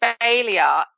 failure